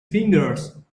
fingers